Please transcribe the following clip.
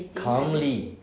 calmly